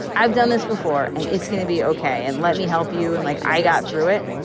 i've done this before and it's going to be ok. and let me help you and like i got through it,